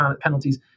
penalties